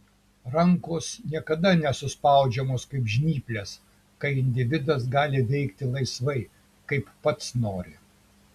rankos niekada nesuspaudžiamos kaip žnyplės kai individas gali veikti laisvai kaip pats nori